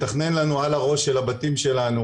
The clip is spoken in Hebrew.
מתכנן לנו על הראש של הבתים שלנו,